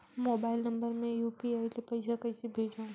Mobile number मे UPI ले पइसा कइसे भेजवं?